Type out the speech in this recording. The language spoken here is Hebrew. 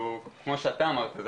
כמו שאתה אמרת,